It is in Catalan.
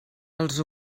els